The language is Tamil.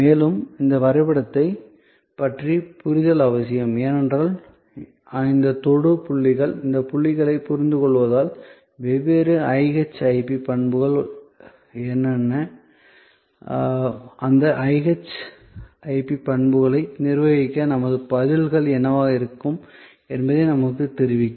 மேலும் இந்த வரைபடத்தைப் பற்றிய புரிதல் அவசியம் ஏனென்றால் இந்த தொடு புள்ளிகள் இந்த தொகுதிகளைப் புரிந்துகொள்வதால் வெவ்வேறு IHIP பண்புகள் என்ன அந்த IHIP பண்புகளை நிர்வகிக்க நமது பதில்கள் என்னவாக இருக்கும் என்பதை நமக்கு தெரிவிக்கும்